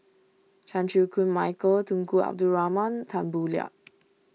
Chan Chew Koon Michael Tunku Abdul Rahman Tan Boo Liat